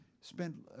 spent